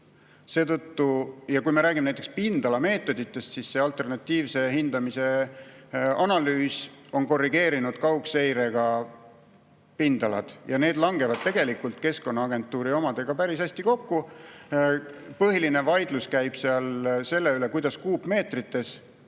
Kui me räägime näiteks pindalameetoditest, siis see alternatiivse hindamise analüüs on korrigeerinud kaugseirega pindalad ja need langevad tegelikult Keskkonnaagentuuri omadega päris hästi kokku. Põhiline vaidlus käib selle üle, kuidas kuupmeetrites